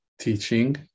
teaching